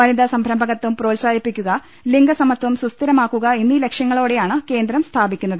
വനിതാ സംരംഭകത്വം പ്രോത്സാ ഹിപ്പിക്കുക ലിംഗ സമത്വം സുസ്ഥിരമാക്കുക എന്നീ ലക്ഷ്യങ്ങളോടെ യാണ് കേന്ദ്രം സ്ഥാപിക്കുന്നത്